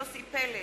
יוסי פלד,